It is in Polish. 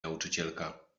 nauczycielka